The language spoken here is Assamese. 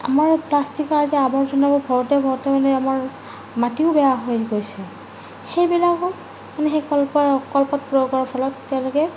আমাৰ প্লাষ্টিকৰ যে আৱৰ্জনাবোৰ থওঁতে থওঁতে মানে আমাৰ মাটিও বেয়া হৈ গৈছে সেইবিলাকত মানে সেই কলপাত ব্যৱহাৰ কৰাৰ ফলত তেওঁলোকে মাটিটো